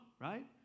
right